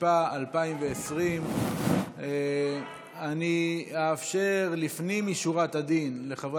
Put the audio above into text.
התשפ"א 2020. אני אאפשר לפנים משורת הדין לחברי